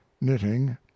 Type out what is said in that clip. knitting